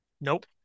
Nope